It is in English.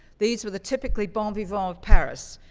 these were the typically bon vivant of paris,